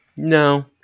No